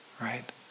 right